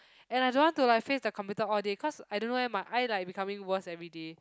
and I don't want to like face the computer all day cause I don't know eh my eye like becoming worse everyday